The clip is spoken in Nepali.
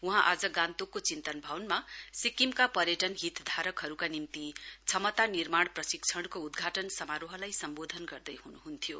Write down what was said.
वहाँ आज गान्तोकको चिन्तन भवनमा सिक्किमका पर्यटन हितधारकहरूका निम्ति क्षमता निर्माण प्रशिक्षणको उदघाटन समारोहलाई सम्बोधन गर्दैहन्हन्थ्यो